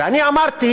ואני אמרתי